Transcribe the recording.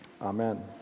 Amen